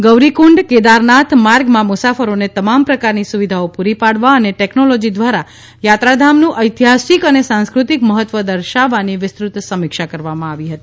ગૌરીકુંડ કેદારનાથ માર્ગમાં મુસાફરોને તમામ પ્રકારની સુવિધાઓ પૂરી પાડવા અને ટેકનોલોજી દ્વારા યાત્રાધામનું ઐતિહાસિક અને સાંસ્કૃતિક મહત્વ દર્શાવવાની વિસ્તૃત સમીક્ષા કરવામાં આવી હતી